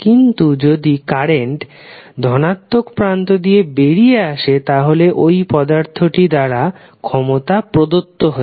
কিন্তু যদি কারেন্ট ধনাত্মক প্রান্ত দিয়ে বেরিয়ে আসে তাহলে ওই পদার্থটি দ্বারা ক্ষমতা প্রদত্ত হচ্ছে